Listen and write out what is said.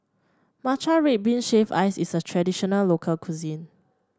Matcha Red Bean Shaved Ice is a traditional local cuisine